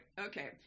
Okay